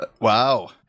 Wow